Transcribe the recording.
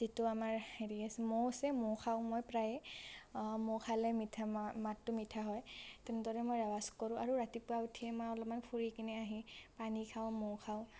এইটো আমাৰ হেৰি আছে মৌ আছে মৌ খাওঁ মই প্ৰায়ে মৌ খালে মিঠা মাত মাতটো মিঠা হয় তেনেদৰে মই ৰেৱাজ কৰোঁ আৰু ৰাতিপুৱা উঠিয়ে মই অলপমান ফুৰি কিনে আহি পানী খাওঁ মৌ খাওঁ